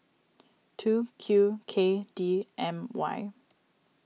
two Q K D M Y